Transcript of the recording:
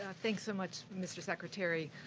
ah thanks so much, mr. secretary.